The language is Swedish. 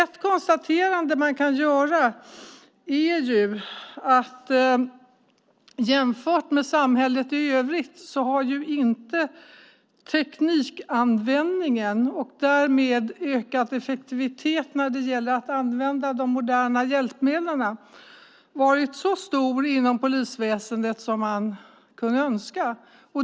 Ett konstaterande som kan göras är att jämfört med samhället i övrigt har teknikanvändningen - och därmed en ökad effektivitet när det gäller att använda moderna hjälpmedel - inte varit så stor inom polisväsendet som man kunde önska.